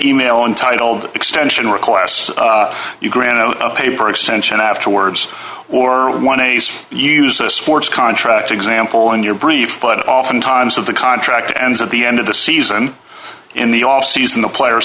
email entitled extension requests you granted a paper extension afterwards or one day's use a sports contract example in your brief but often times of the contract ends at the end of the season and the off season the player